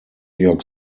york